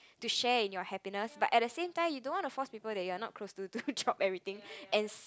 to share in your happiness but at the same time you don't want to force people that you are not close to do job everything and